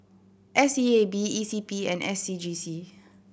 S E A B E C P and S C G C